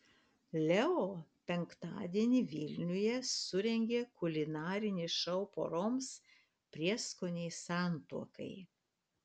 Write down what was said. leo penktadienį vilniuje surengė kulinarinį šou poroms prieskoniai santuokai